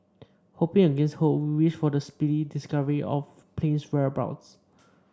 hoping against hope we wish for the speedy discovery of plane's whereabouts